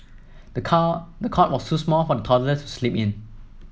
the cot was too small for the toddler to sleep in